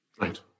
Right